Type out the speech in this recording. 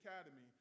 Academy